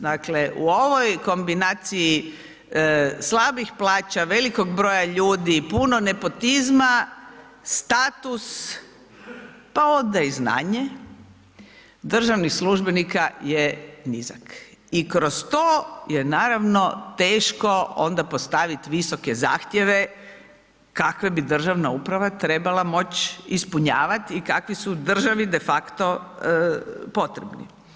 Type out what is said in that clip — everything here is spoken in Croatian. Dakle, u ovoj kombinaciji slabih plaća, velikog broja ljudi, puno nepotizma, status, pa onda i znanje državnih službenika je nizak i kroz to je naravno teško onda postavit visoke zahtjeve kakve bi državna uprave trebala moć ispunjavat i kakvi su državi defakto potrebni.